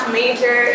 major